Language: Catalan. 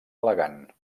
elegant